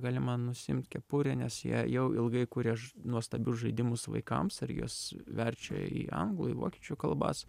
galima nusiimt kepurę nes jie jau ilgai kuria ž nuostabius žaidimus vaikams ir juos verčia į anglų į vokiečių kalbas